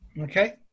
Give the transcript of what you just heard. Okay